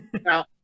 Now